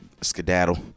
skedaddle